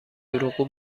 دروغگو